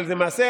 אבל למעשה,